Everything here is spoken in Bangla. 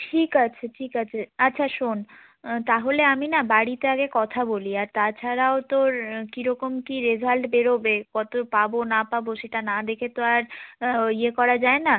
ঠিক আছে ঠিক আছে আচ্ছা শোন তাহলে আমি না বাড়িতে আগে কথা বলি আর তাছাড়াও তোর কীরকম কী রেজাল্ট বেরোবে কত পাব না পাব সেটা না দেখে তো আর ও ইয়ে করা যায় না